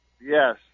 Yes